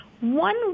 One